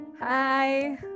hi